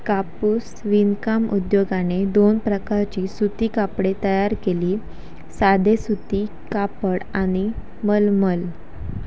कापूस विणकाम उद्योगाने दोन प्रकारची सुती कापडे तयार केली साधे सुती कापड आणि मलमल